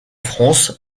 france